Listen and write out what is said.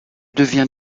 devient